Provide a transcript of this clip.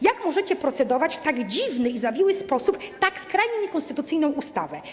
Jak możecie procedować w tak dziwny i zawiły sposób nad tak skrajnie niekonstytucyjną ustawą?